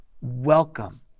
welcome